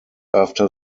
after